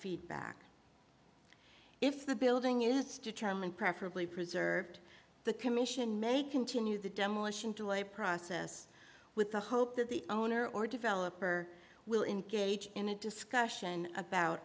feedback if the building is determined preferably preserved the commission may continue the demolition delay process with the hope that the owner or developer will in gage in a discussion about